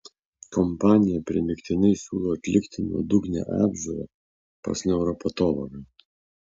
kompanija primygtinai siūlo atlikti nuodugnią apžiūrą pas neuropatologą